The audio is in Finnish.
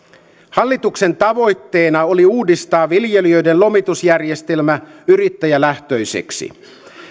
hallituksen tavoitteena oli uudistaa viljelijöiden lomitusjärjestelmä yrittäjälähtöiseksi